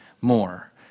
more